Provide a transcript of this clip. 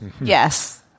Yes